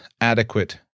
adequate